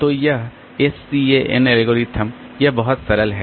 तो यह scan SCAN algorithm इसलिए यह बहुत सरल है